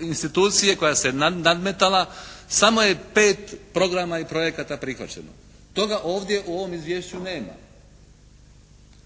institucije koja se nadmetala samo je 5 programa i projekata prihvaćeno. Toga ovdje u ovom izvješću nema.